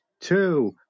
two